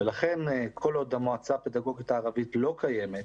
לכן כל עוד המועצה הפדגוגית הערבית לא קיימת,